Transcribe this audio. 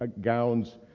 gowns